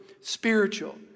spiritual